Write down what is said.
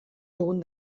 dugun